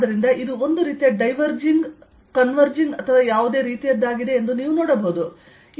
ಆದ್ದರಿಂದ ಇದು ಒಂದು ರೀತಿಯ ಡೈವೆರ್ಜಿಂಗ್ ಕನ್ವೆರ್ಜಿಂಗ್ ಅಥವಾ ಯಾವುದೇ ರೀತಿಯದ್ದಾಗಿದೆ ಎಂದು ನೀವು ನೋಡಬಹುದು